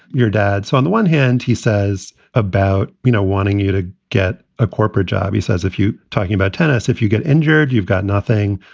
your dad. so on the one hand, he says about, you know, wanting you to get a corporate job. he says if you talking about tennis, if you get injured, you've got nothing.